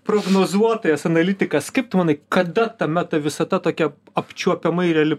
prognozuotojas analitikas kaip tu manai kada ta meta visata tokia apčiuopiamai reali